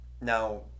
Now